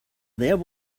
there